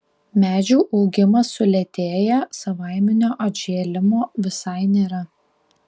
medžių augimas sulėtėja savaiminio atžėlimo visai nėra